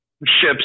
ships